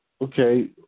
Okay